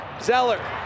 Zeller